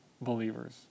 believers